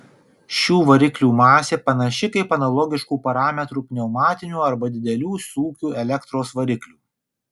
šių variklių masė panaši kaip analogiškų parametrų pneumatinių arba didelių sūkių elektros variklių